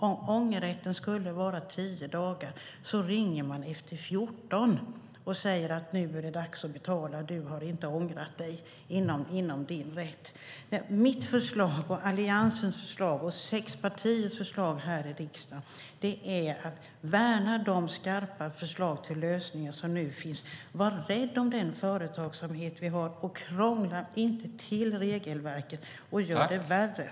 Om ångerrätten skulle vara 10 dagar ringer de efter 14 dagar och säger: Nu är det dags att betala, eftersom du inte har ångrat dig inom den tid du hade ångerrätt. Mitt förslag, Alliansens förslag och sex partiers förslag här i riksdagen är att vi ska värna de skarpa förslag till lösningar som nu finns. Var rädd om den företagsamhet vi har. Krångla inte till regelverket så att det blir värre.